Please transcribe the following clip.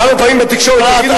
כמה פעמים בתקשורת יגידו,